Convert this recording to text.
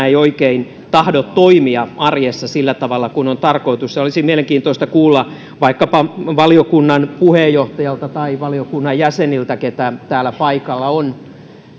ei oikein tahdo toimia arjessa sillä tavalla kuin on tarkoitus olisi mielenkiintoista kuulla vaikkapa valiokunnan puheenjohtajalta tai valiokunnan jäseniltä keitä täällä paikalla on